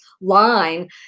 line